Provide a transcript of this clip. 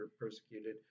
persecuted